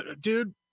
dude